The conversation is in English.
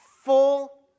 full